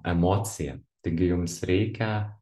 emociją taigi jums reikia